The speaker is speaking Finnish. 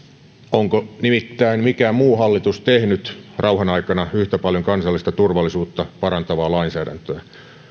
onko nimittäin mikään muu hallitus tehnyt rauhan aikana yhtä paljon kansallista turvallisuutta parantavaa lainsäädäntöä